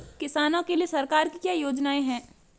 किसानों के लिए सरकार की क्या योजनाएं हैं?